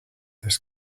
this